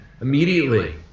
immediately